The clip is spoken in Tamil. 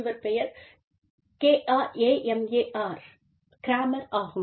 இவர் பெயர் K R A M A R ஆகும்